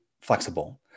flexible